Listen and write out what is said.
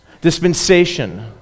Dispensation